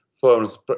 firms